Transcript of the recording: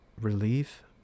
relief